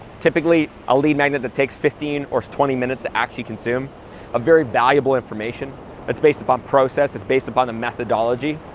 typically a lead magnet that takes fifteen, or twenty minutes to actually consume a very valuable information that's based upon process, that's based upon a methodology,